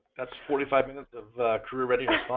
that's forty five minutes of career readiness.